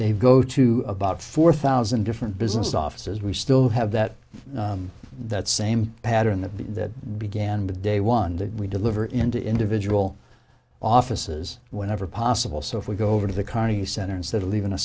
they go to about four thousand different business offices we still have that that same pattern that began with day one did we deliver into individual offices whenever possible so if we go over to the carnegie center instead of leaving a